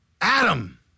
Adam